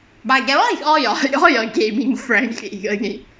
but that one is all your all your gaming friends isn't it